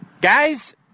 guys